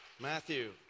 Matthew